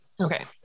Okay